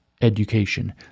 education